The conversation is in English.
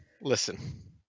Listen